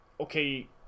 okay